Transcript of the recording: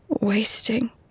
Wasting